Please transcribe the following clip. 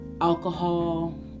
alcohol